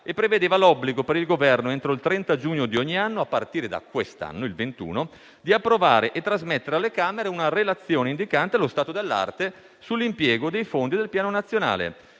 e prevedeva l'obbligo per il Governo entro il 30 giugno di ogni anno, a partire da quest'anno, il 2021, di approvare e trasmettere alle Camere una relazione indicante lo stato dell'arte sull'impiego dei fondi del Piano nazionale.